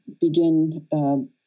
begin